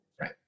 right